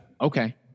Okay